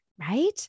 right